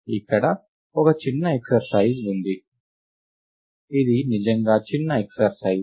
ఇక్కడ ఒక చిన్న ఎక్స్ర్సైజ్ ఉంది ఇది నిజంగా చిన్న ఎక్స్ర్సైజ్